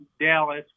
Dallas